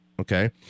Okay